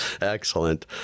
Excellent